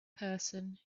person